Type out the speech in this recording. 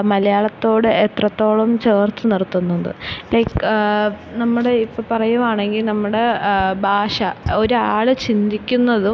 മലയാളത്തോട് എത്രത്തോളം ചേർത്തു നിർത്തുന്നത് ലൈക്ക് നമ്മുടെ ഇപ്പം പറയുകയാണെങ്കിൽ നമ്മുടെ ഭാഷ ഒരാൾ ചിന്തിക്കുന്നതും